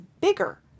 bigger